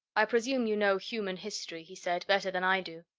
i presume you know human history, he said, better than i do.